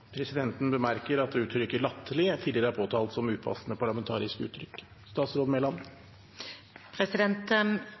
Presidenten bemerker at uttrykket «latterlig» tidligere er påtalt som et upassende parlamentarisk uttrykk.